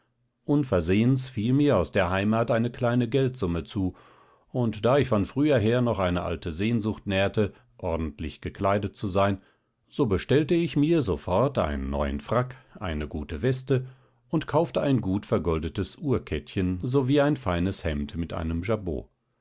unversehens fiel mir aus der heimat eine kleine geldsumme zu und da ich von früher her noch eine alte sehnsucht nährte ordentlich gekleidet zu sein so bestellte ich mir sofort einen feinen neuen frack eine gute weste und kaufte ein gut vergoldetes uhrkettchen sowie ein feines hemd mit einem jabot